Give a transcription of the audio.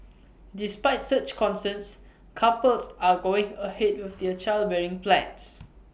despite such concerns couples are going ahead with their childbearing plans